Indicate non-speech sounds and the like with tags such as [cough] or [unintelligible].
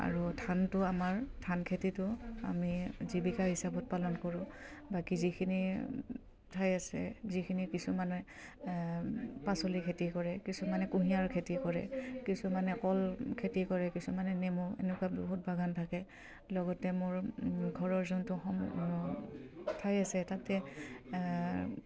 আৰু ধানটো আমাৰ ধান খেতিটো আমি জীৱিকা হিচাপত পালন কৰোঁ বাকী যিখিনি ঠাই আছে যিখিনি কিছুমানে পাচলি খেতি কৰে কিছুমানে কুঁহিয়াৰ খেতি কৰে কিছুমানে কল খেতি কৰে কিছুমানে নেমু এনেকুৱা বহুত বাগান থাকে লগতে মোৰ ঘৰৰ যোনটো [unintelligible] ঠাই আছে তাতে